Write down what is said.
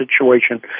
situation